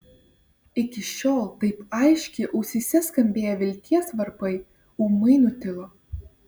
iki šiol taip aiškiai ausyse skambėję vilties varpai ūmai nutilo